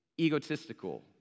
egotistical